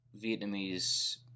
Vietnamese